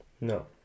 No